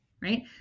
right